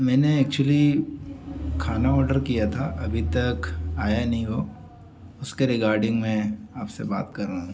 मैंने एक्चुअली खाना ऑर्डर किया था अभी तक आया नहीं वो उसके रिगार्डिंग में आपसे बात कर रहा हूँ